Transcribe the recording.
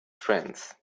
strength